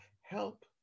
help